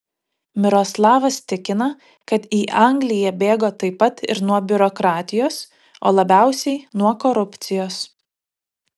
miroslavas tikina kad į angliją bėgo taip pat ir nuo biurokratijos o labiausiai nuo korupcijos